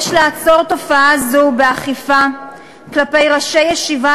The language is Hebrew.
יש לעצור תופעה זו באכיפה כלפי ראשי ישיבה